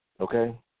okay